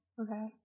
Okay